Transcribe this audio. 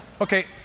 Okay